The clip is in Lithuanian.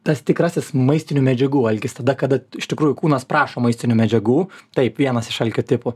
tas tikrasis maistinių medžiagų alkis tada kada iš tikrųjų kūnas prašo maistinių medžiagų taip vienas iš alkio tipų